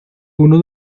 uno